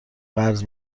قرض